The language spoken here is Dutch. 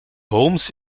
holmes